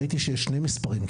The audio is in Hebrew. ראיתי שיש שני מספרים,